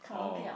oh